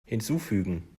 hinzufügen